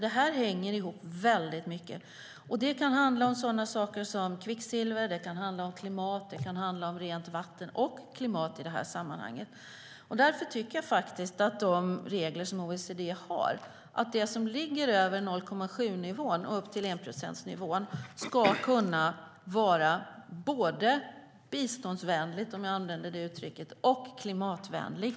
Detta hänger ihop väldigt mycket. Det kan handla om sådana saker som kvicksilver, klimat och rent vatten i sammanhanget. Därför tycker jag att de regler som OECD har när det gäller det som ligger över 0,7-nivån och upp till enprocentsnivån ska kunna vara både biståndsvänliga - om jag använder det uttrycker - och klimatvänliga.